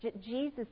Jesus